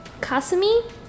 Kasumi